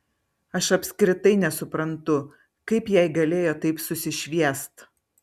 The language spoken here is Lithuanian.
aš apskritai nesuprantu kaip jai galėjo taip susišviest